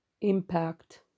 impact